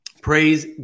Praise